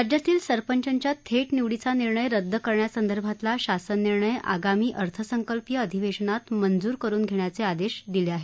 राज्यातील सरपंचाच्या थेट निवडीचा निर्णय रद्द करण्यासंदर्भातला शासन निर्णय आगामी अर्थसंकल्पीय अधिवेशनात मंजूर करून घेण्याचे आदेश दिले आहेत